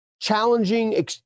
challenging